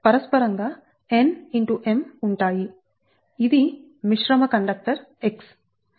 ఇది మిశ్రమ conductor x